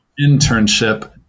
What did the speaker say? internship